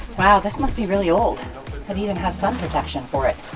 wow, this must be really old, it even has sun protection for it.